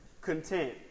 content